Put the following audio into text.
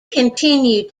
continued